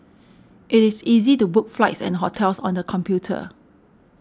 it is easy to book flights and hotels on the computer